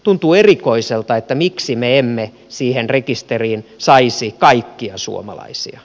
tuntuu erikoiselta miksi me emme siihen rekisteriin saisi kaikkia suomalaisia